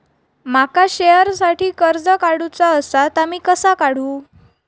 माका शेअरसाठी कर्ज काढूचा असा ता मी कसा काढू?